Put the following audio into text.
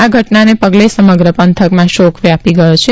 આ ઘટનાને પગલે સમગ્ર પંથકમાં શોક વ્યાપી ગયો છે